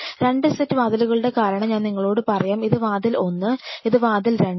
2 set വാതിലുകളുടെ കാരണം ഞാൻ നിങ്ങളോട് പറയാം ഇത് വാതിൽ ഒന്ന് ഇത് വാതിൽ രണ്ട്